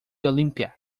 olimpia